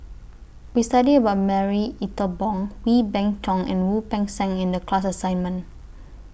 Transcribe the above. We studied about Marie Ethel Bong Wee Beng Chong and Wu Peng Seng in The class assignment